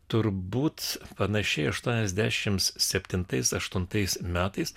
turbūt panašiai aštuoniasdešimt septintais aštuntais metais